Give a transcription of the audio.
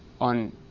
on